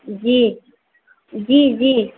जी जी जी